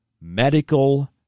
medical